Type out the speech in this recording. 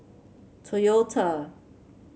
Toyota